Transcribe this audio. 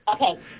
Okay